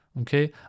okay